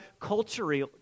culturally